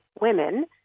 women